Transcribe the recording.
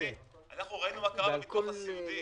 אנחנו ראינו מה קרה לביטוח הסיעודי